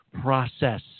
process